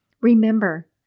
Remember